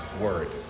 word